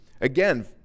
again